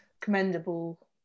commendable